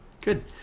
Good